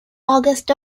august